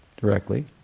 directly